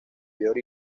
york